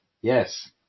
Yes